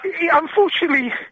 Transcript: unfortunately